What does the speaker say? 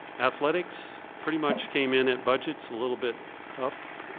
athletics pretty much came in at budget, a little bit up,